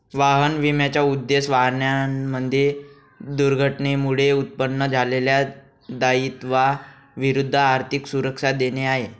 वाहन विम्याचा उद्देश, वाहनांमध्ये दुर्घटनेमुळे उत्पन्न झालेल्या दायित्वा विरुद्ध आर्थिक सुरक्षा देणे आहे